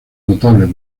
notables